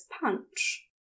punch